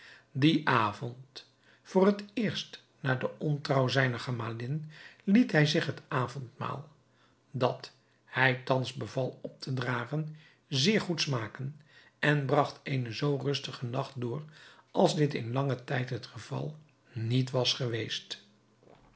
dien avond voor het eerst na de ontrouw zijner gemalin liet hij zich het avondmaal dat hij thans beval op te dragen zeer goed smaken en bragt eenen zoo rustigen nacht door als dit in langen tijd het geval niet was geweest